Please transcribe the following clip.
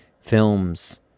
films